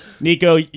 Nico